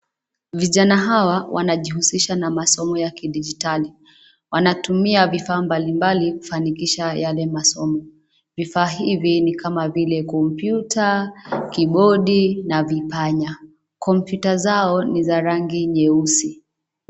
Vijana hawa wanajihusisha na masomo ya kidijitali, wanatumia vifaa mbalimbali kufanikisha yale masomo. Vifaa hivi ni kama vile kompyuta, kibodi na vipanya, kompyuta zao ni za rangi nyeusi.